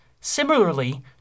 Similarly